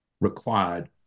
required